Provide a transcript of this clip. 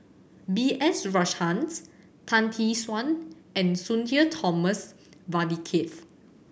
B S Rajhans Tan Tee Suan and Sudhir Thomas Vadaketh